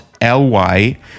L-Y